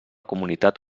comunitat